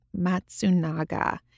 Matsunaga